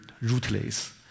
rootless